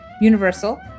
Universal